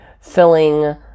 filling